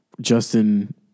Justin